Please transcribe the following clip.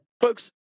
folks